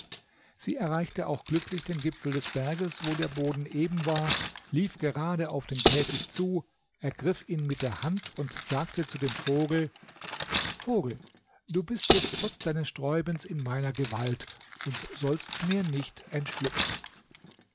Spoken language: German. sie erreichte auch glücklich den gipfel des berges wo der boden eben war lief gerade auf den käfig zu ergriff ihn mit der hand und sagte zu dem vogel vogel du bist jetzt trotz deines sträubens in meiner gewalt und sollst mir nicht entschlüpfen